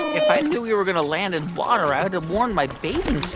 if i knew we were going to land in water, i would have worn my bathing